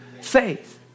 faith